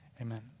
amen